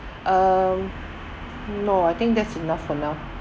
um no I think that's enough for now